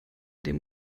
dem